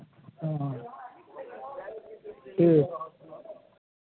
ओ ठीक